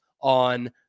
on